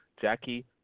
Jackie